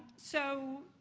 so,